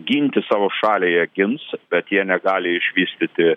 ginti savo šalį jie gins bet jie negali išvystyti